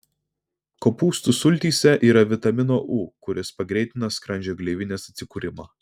kopūstų sultyse yra vitamino u kuris pagreitina skrandžio gleivinės atsikūrimą